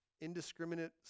indiscriminate